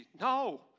No